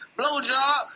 blowjob